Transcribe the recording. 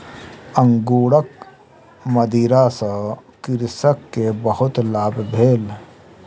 अंगूरक मदिरा सॅ कृषक के बहुत लाभ भेल